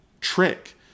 trick